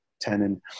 tenon